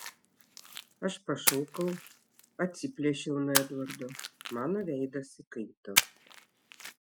aš pašokau atsiplėšiau nuo edvardo mano veidas įkaito